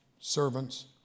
servants